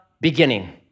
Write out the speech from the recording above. beginning